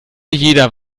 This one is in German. jeder